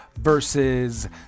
versus